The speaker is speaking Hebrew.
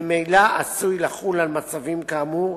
ממילא עשוי לחול על מצבים כאמור,